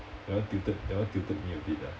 that one tilted that one tilted me a bit ah